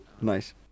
Nice